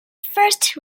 first